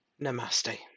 Namaste